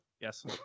Yes